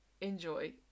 Enjoy